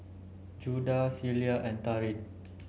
Judah Celia and Taryn